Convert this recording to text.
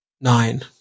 Nine